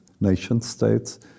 nation-states